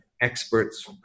experts